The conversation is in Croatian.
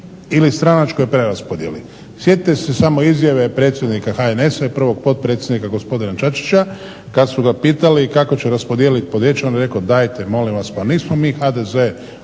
ili stranačkoj preraspodjeli. Sjetite se samo izjave predsjednika HNS-a i prvog potpredsjednika gospodina Čačića kad su ga pitali kako će raspodijelit …/Ne razumije se./… onda je rekao dajte molim vas, pa nismo mi HDZ